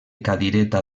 cadireta